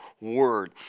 word